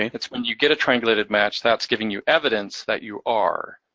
it's when you get a triangulated match that's giving you evidence that you are.